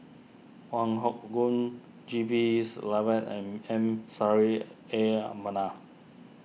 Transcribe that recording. Wong Hock Goon G B Selvam and M Saffri A Manaf